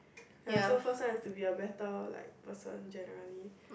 !aiya! so first one have to be a better like person generally